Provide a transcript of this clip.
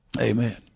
Amen